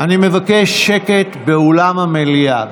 אני מבקש שקט באולם המליאה.